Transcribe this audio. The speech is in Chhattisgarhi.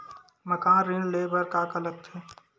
मकान ऋण ले बर का का लगथे?